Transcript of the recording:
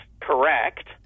correct